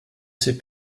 ces